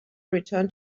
return